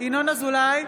ינון אזולאי,